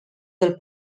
del